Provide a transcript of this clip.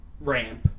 ramp